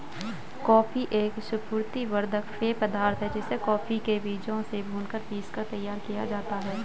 coffee एक स्फूर्ति वर्धक पेय पदार्थ है जिसे कॉफी के बीजों से भूनकर पीसकर तैयार किया जाता है